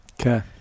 Okay